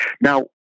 Now